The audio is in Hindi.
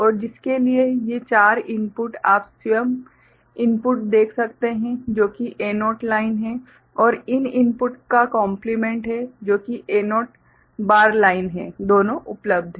और जिसके लिए ये 4 इनपुट आप स्वयं इनपुट देख सकते हैं जो कि A0 लाइन है और इन इनपुट का कोम्प्लीमेंट है जो कि A0 बार लाइन है दोनों उपलब्ध हैं